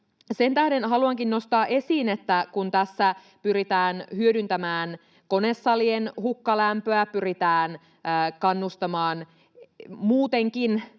Sen tähden haluankin nostaa esiin — kun tässä pyritään hyödyntämään konesalien hukkalämpöä, pyritään kannustamaan muutenkin